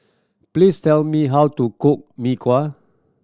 please tell me how to cook Mee Kuah